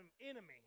enemy